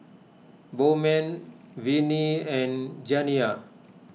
Bowman Vinie and Janiya